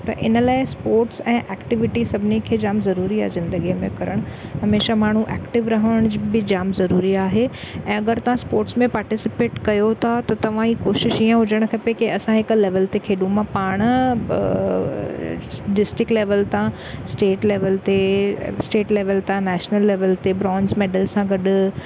त इन लाइ स्पोर्ट्स ऐं एक्टिविटी सभिनी खे जाम ज़रूरी आहे ज़िंदगीअ में करणु हमेशा माण्हू एक्टिव रहण बि जाम ज़रूरी आहे ऐं अगरि तव्हां स्पोर्ट्स में पाटिसिपेट कयो था त तव्हां ई कोशिशि ईअं हुजणु खपे की असां हिकु लेवल ते खेॾूं मां पाण डिस्ट्रिक लेवल था स्टेट लेवल ते स्टेट लेवल था नेशनल लेवल ते ब्रोंस मेडल सां गॾु